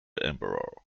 emperor